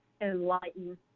enlighten